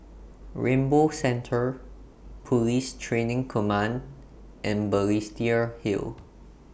Rainbow Centre Police Training Command and Balestier Hill